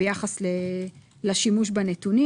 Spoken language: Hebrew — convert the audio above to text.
ביחס לשימוש בנתונים.